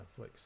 Netflix